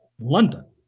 London